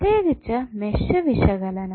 പ്രത്യേകിച്ച് മെഷ് വിശകലനം